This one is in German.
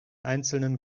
einzelnen